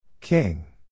King